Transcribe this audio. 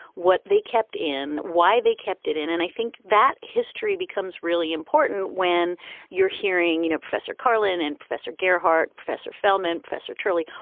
what they kept in. why they kept it in. and i think that history becomes really important when you're hearing, you know, professor karlan and professor gearhart, professor feldman, professor turley,